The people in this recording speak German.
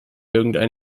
irgendein